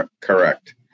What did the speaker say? Correct